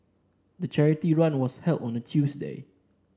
the charity run was held on a Tuesday